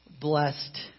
Blessed